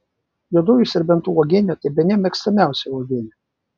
juodųjų serbentų uogienė tai bene mėgstamiausia uogienė